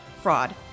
Fraud